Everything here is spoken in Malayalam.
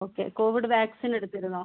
okay covid vaccine എടുത്തിരുന്നോ